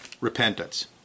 Repentance